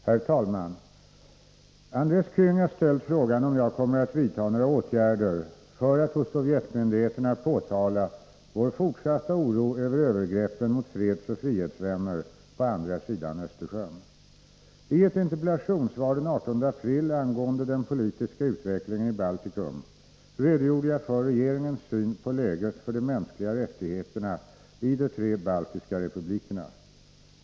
Herr talman! Andres Käng har ställt frågan om jag kommer att vidta några åtgärder för att hos sovjetmyndigheterna påtala vår fortsatta oro över övergreppen mot fredsoch frihetsvänner på andra sidan Östersjön. I ett interpellationssvar den 18 april angående den politiska utvecklingen i Baltikum redogjorde jag för regeringens syn på läget för de mänskliga rättigheterna i de tre baltiska republikerna.